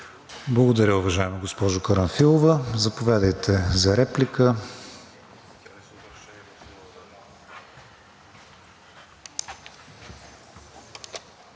Благодаря, уважаема госпожо Карамфилова. Заповядайте за реплика.